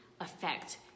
affect